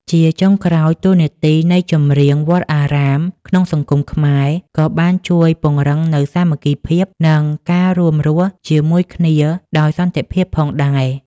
ជាចុងក្រោយ តួនាទីនៃចម្រៀងវត្តអារាមក្នុងសង្គមខ្មែរ ក៏បានជួយពង្រឹងនូវសាមគ្គីភាព និងការរួមរស់ជាមួយគ្នាដោយសន្តិវិធីផងដែរ។